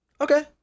okay